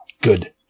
Good